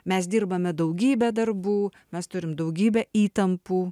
mes dirbame daugybę darbų mes turim daugybę įtampų